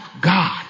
God